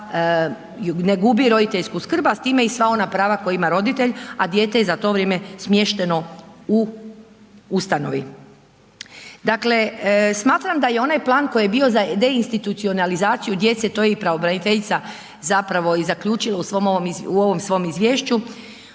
ne gubi roditeljsku skrb, a s time i sva ona prava koja ima roditelj, a dijete je za to vrijeme smješteno u ustanovi. Dakle, smatram da je onaj plan, koji je bio za deinstitucionalizaciju djece, to je i pravobraniteljica zapravo i zaključila, u ovom svom izvješću,